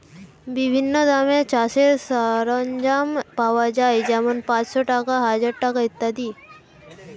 বিভিন্ন দামের চাষের সরঞ্জাম পাওয়া যায় যেমন পাঁচশ টাকা, হাজার টাকা ইত্যাদি